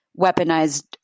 weaponized